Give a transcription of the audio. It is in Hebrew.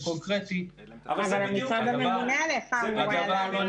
קונקרטי --- אבל המשרד הממונה עליך אמור היה --- אבל זה בדיוק העניין.